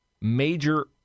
major